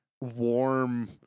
warm